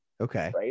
okay